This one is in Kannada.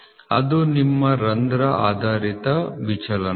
ಇದು ನಿಮ್ಮ ರಂಧ್ರ ಆಧಾರಿತ ವಿಚಲನಗಳು